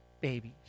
babies